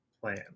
plan